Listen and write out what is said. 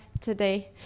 today